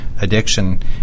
addiction